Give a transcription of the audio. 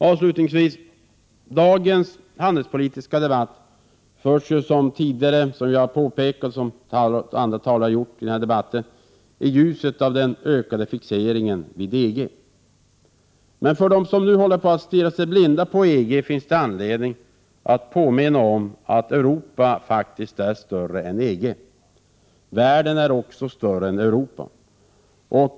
Avslutningsvis, herr talman, dagens handelspolitiska debatt förs — som flera talare har påpekat i debatten — i ljuset av den ökade fixeringen till EG. För de som nu håller på att stirra sig blinda på EG finns det anledning att påminna om att Europa är större än EG. Världen är större än Europa!